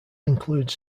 includes